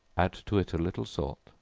add to it a little salt,